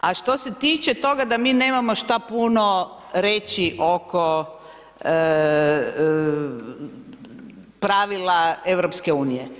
A što se tiče toga da mi nemamo šta puno reći oko pravila EU.